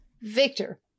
Victor